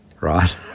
right